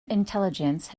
intelligence